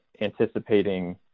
anticipating